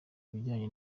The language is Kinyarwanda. ibijyanye